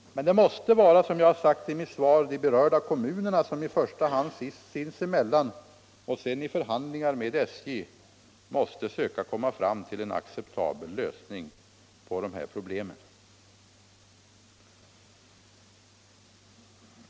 Men det måste, som jag sagt i mitt svar, vara de berörda kommunerna som i första hand sinsemellan och sedan i förhandlingar med SJ skall söka komma fram till en acceptabel lösning av detta problem.